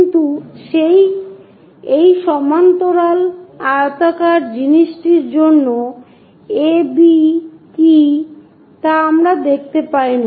কিন্তু এই সমান্তরাল আয়তাকার জিনিসটির জন্য A B কি তা আমরা দেখতে পাই না